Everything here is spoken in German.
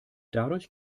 dadurch